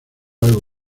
algo